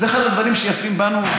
זה אחד הדברים שיפים בנו,